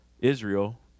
Israel